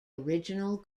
original